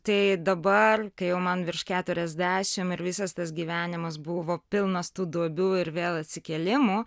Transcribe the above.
tai dabar kai jau man virš keturiasdešim ir visas tas gyvenimas buvo pilnas tų duobių ir vėl atsikėlimų